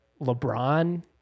LeBron